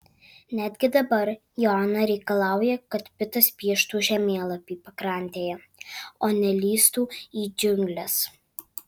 netgi dabar joana reikalauja kad pitas pieštų žemėlapį pakrantėje o ne lįstų į džiungles